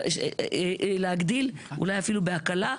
להגדיל אולי אפילו בהקלה,